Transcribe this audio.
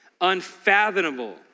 unfathomable